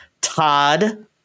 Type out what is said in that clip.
todd